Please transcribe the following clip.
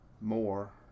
more